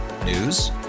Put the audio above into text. News